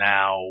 Now